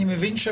אני מבין,